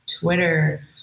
twitter